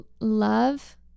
love